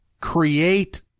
create